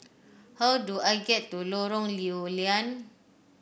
how do I get to Lorong Lew Lian